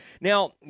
now